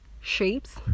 shapes